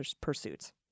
pursuits